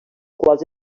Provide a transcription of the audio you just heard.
quals